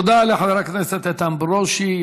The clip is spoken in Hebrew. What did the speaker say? תודה לחבר הכנסת איתן ברושי.